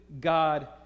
God